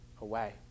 away